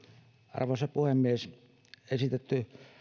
arvoisa puhemies esitetty